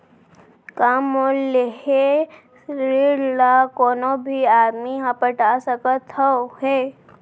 का मोर लेहे ऋण ला कोनो भी आदमी ह पटा सकथव हे?